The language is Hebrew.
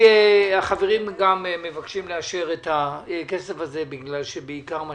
החברים מבקשים לאשר את הכסף הזה בגלל שבעיקר מה